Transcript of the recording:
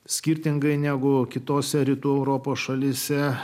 skirtingai negu kitose rytų europos šalyse